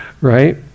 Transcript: right